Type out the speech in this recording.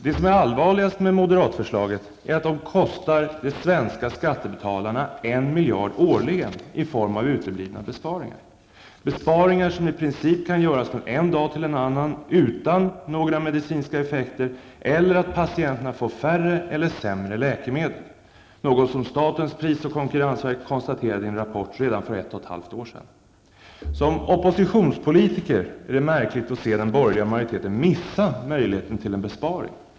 Det som är allvarligast med moderatförslaget är att det kostar de svenska skattebetalarna 1 miljard årligen i form av uteblivna besparingar. Det är besparingar som i princip kan göras från en dag till en annan, utan några medicinska effekter och utan att patienterna får färre eller sämre läkemedel. Detta konstaterade statens pris och konkurrensverk i en rapport redan för ett och ett halvt år sedan. Som oppositionspolitiker tycker jag att det är märkligt att se den borgerliga majoriteten missa möjligheten till en besparing.